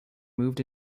moved